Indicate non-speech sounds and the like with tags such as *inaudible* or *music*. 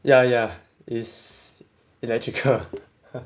ya ya is electrical *laughs*